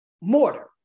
mortar